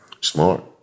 smart